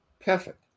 Perfect